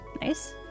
Nice